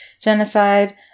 genocide